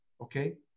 okay